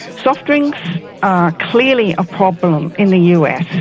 soft drinks are clearly a problem in the us.